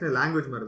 language